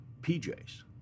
PJs